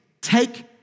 take